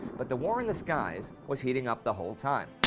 but the war in the skies was heating up the whole time.